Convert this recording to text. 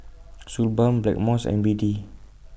Suu Balm Blackmores and B D